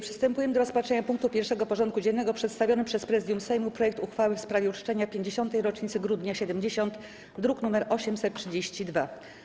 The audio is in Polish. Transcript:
Przystępujemy do rozpatrzenia punktu 1. porządku dziennego: Przedstawiony przez Prezydium Sejmu projekt uchwały w sprawie uczczenia 50. rocznicy Grudnia ’70 (druk nr 832)